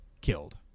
killed